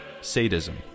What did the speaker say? sadism